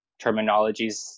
terminologies